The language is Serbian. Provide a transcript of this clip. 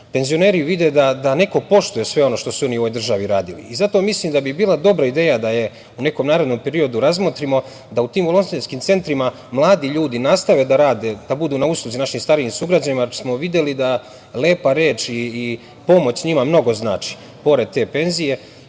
penzioneri vide da neko poštuje sve ono što su oni u ovoj državi radili i zato mislim da bi bila dobra ideja, da je u nekom narednom periodu razmotrimo, da u tim volonterskim centrima mladi ljudi nastave da rade, da budu na usluzi našim starijim sugrađanima, jer smo videli da lepa reč i pomoć njima mnogo znači, pored te penzije.